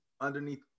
underneath